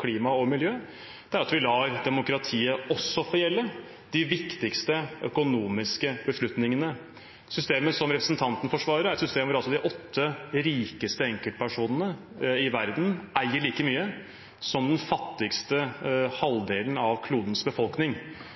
klima og miljø – er at vi lar demokratiet også få gjelde de viktigste økonomiske beslutningene. Systemet som representanten forsvarer, er et system hvor de åtte rikeste enkeltpersonene i verden eier like mye som den fattigste